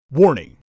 Warning